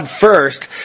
first